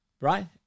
Right